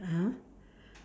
(uh huh)